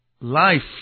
life